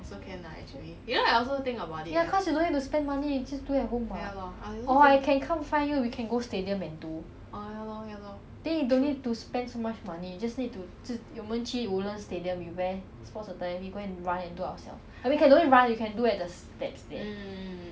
do ourself or we can don't need run we can do at the S_T_P_E's there then you own self go and create your own circuit you time yourself also the same I mean okay if you do with a friend then is the same lah but if you do alone then no lah cause you will slack a bit ya